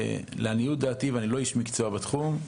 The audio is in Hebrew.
לעניות דעתי ואני לא איש מקצוע בתחום,